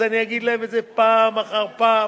אז אני אגיד להם את זה פעם אחר פעם